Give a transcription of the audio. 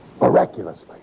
miraculously